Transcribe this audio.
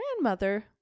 grandmother